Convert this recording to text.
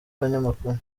abanyamakuru